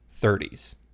30s